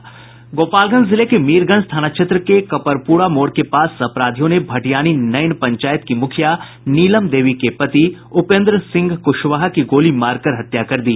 गोपालगंज जिले के मीरगंज थाना क्षेत्र के कपरपुरा मोड़ के पास अपराधियों ने भटियानी नैन पंचायत की मुखिया नीलम देवी के पति उपेन्द्र सिंह कुशवाहा की गोली मारकर हत्या कर दी